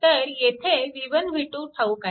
तर येथे v1 v2 ठाऊक आहेत